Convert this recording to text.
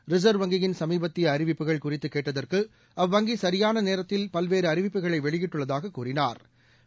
reserve வங்கியின் சமீபத்தியஅறிவிப்புகள் குறித்துகேட்டதற்குஅவ்வங்கிசியானநேரத்தில் பல்வேறுஅறிவிப்புகளைவெளியிட்டுள்ளதாககூறினாா்